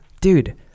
dude